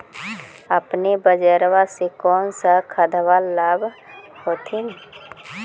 अपने बजरबा से कौन सा खदबा लाब होत्थिन?